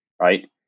right